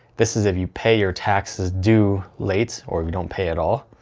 this is if you pay your taxes due late or you don't pay at all.